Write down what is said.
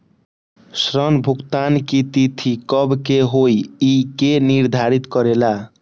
ऋण भुगतान की तिथि कव के होई इ के निर्धारित करेला?